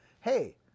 Hey